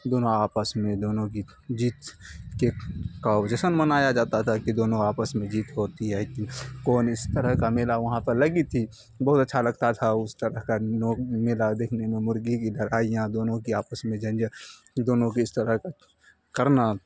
دونوں آپس میں دونوں کی جیت کا جشن منایا جاتا تھا کہ دونوں آپس میں جیت ہوتی ہے کون اس طرح کا میلا وہاں پر لگی تھی بہت اچھا لگتا تھا اس طرح کا میلا دیکھنے میں مرغی کی لڑائیاں دونوں کی آپس میں جنجا دونوں کی اس طرح کا کرنا